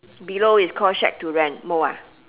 below it's call shack to rent mou ah